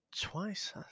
twice